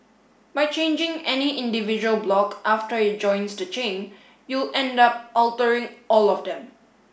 by changing any individual block after it joins the chain you'll end up altering all of them